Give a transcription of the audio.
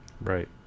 Right